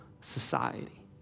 society